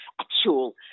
actual